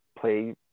play